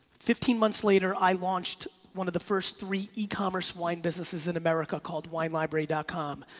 fifteen months later i launched one of the first three ecommerce wine businesses in america called winelibrary and com,